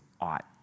ought